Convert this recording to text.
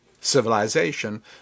civilization